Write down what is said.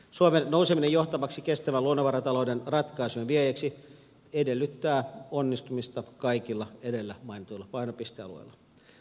suomen nouseminen johtavaksi kestävän luonnonvaratalouden ratkaisujen viejäksi edellyttää onnistumista kaikilla edellä mainituilla painopistealueilla